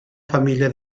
familia